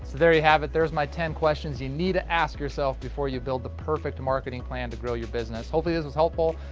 there you are, there's my ten questions you need to ask yourself before you build the perfect marketing plan to grow your business. hopefully this was helpful,